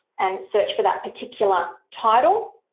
and search for that particular title.